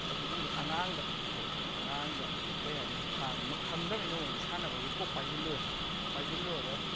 ꯑꯗꯨꯒꯨꯝꯕ ꯑꯉꯥꯡꯗ ꯊꯣꯛꯑꯦ ꯑꯉꯥꯡꯗ ꯀꯔꯤ ꯍꯥꯏꯅꯤ ꯊꯥꯡꯃꯛ ꯈꯪꯗꯃꯤꯅ ꯃꯣꯏꯗꯤ ꯁꯥꯟꯅꯕꯒꯤ ꯀꯣꯛ ꯄꯥꯏꯁꯤꯜꯂꯨꯔꯦ ꯄꯥꯏꯁꯤꯜꯂꯨꯔꯒ